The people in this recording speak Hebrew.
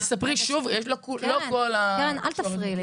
תספרי שוב, לא כל -- קרן, אל תפריעי לי.